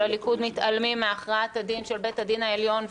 הליכוד מתעלמים מהכרעת הדין של בית הדין העליון,